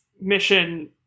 mission